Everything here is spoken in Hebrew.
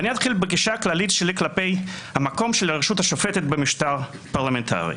אתחיל בגישה הכללית שלי כלפי המקום של הרשות השופטת במשטר פרלמנטרי.